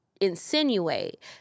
insinuate